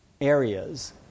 areas